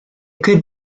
could